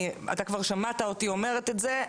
אתה כבר שמעת אותי אומרת את זה,